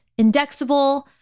indexable